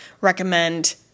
recommend